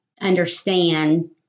understand